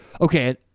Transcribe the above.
okay